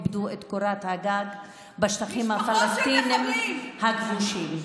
איבדו את קורת הגג בשטחים הפלסטיניים הכבושים,